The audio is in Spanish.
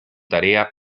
tarea